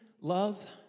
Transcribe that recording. love